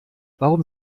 warum